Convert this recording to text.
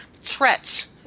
threats